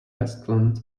westland